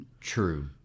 True